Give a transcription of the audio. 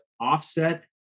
offset